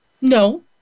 No